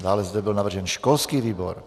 Dále zde byl navržen školský výbor.